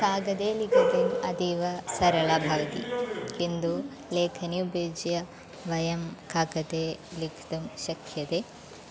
कागदे लिखितम् अतीव सरला भवति किन्तु लेखनी उपयुज्य वयं काकते लिखितुं शख्यते